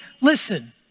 listen